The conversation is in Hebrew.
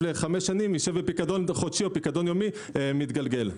לחמש שנים ישב בפיקדון יומי או חודשי מתגלגל.